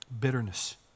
Bitterness